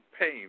pain